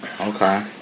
Okay